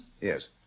Yes